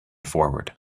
forward